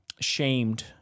shamed